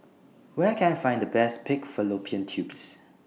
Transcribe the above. Where Can I Find The Best Pig Fallopian Tubes